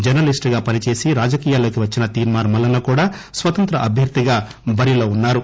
జర్స లీస్టుగా పనిచేసి రాజకీయాల్లోకి వచ్చిన తీన్మార్ మల్లన్న కూడా స్వతంత్ర అభ్వర్థిగా బరిలో ఉన్నారు